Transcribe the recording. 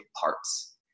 parts